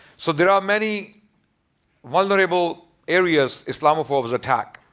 so there are many vulnerable areas islamophobes attack